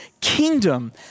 kingdom